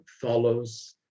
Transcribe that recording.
follows